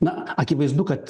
na akivaizdu kad